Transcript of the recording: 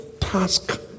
task